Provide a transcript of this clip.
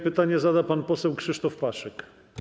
Pytanie zada pan poseł Krzysztof Paszyk.